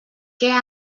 què